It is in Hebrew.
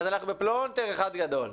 אנחנו בפלונטר אחד גדול.